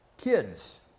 Kids